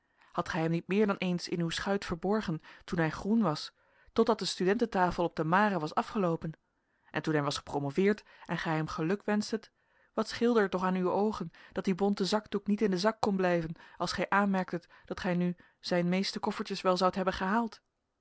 hadt gij hem niet meer dan eens in uw schuit verborgen toen hij groen was totdat de studententafel op de mare was afgeloopen en toen hij was gepromoveerd en gij hem geluk wenschtet wat scheelde er toch aan uwe oogen dat die bonte zakdoek niet in den zak kon blijven als gij aanmerktet dat gij nu zijn meeste koffertjes wel zoudt hebben gehaald